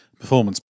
performance